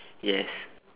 yes